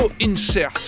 Insert